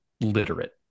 literate